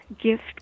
gift